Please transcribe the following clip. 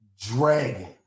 dragon